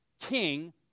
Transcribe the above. King